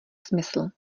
smysl